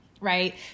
right